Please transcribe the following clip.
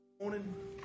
morning